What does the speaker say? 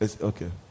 Okay